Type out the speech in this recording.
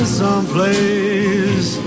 someplace